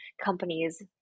companies